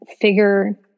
figure